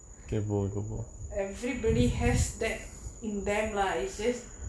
everybody has that in them lah is just